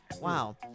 Wow